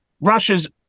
Russia's